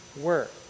work